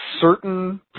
certain